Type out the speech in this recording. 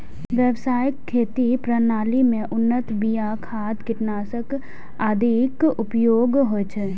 व्यावसायिक खेती प्रणाली मे उन्नत बिया, खाद, कीटनाशक आदिक उपयोग होइ छै